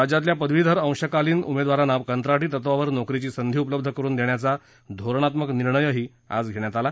राज्यातल्या पदवीधर अंशकालीन उमेदवारांना कंत्राटी तत्वावर नोकरीची संधी उपलब्ध करुन देण्याचा धोरणात्मक निर्णयही घेण्यात आला